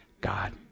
God